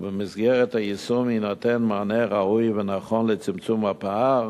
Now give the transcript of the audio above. ובמסגרת היישום יינתן מענה ראוי ונכון לצמצום הפער